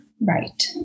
right